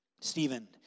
Stephen